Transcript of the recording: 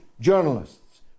journalists